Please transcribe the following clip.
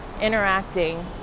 interacting